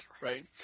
right